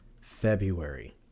February